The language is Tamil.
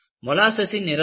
மொலாசஸ்ஸின் நிறம் என்ன